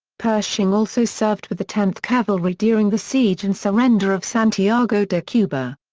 pershing also served with the tenth cavalry during the siege and surrender of santiago de cuba.